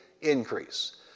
increase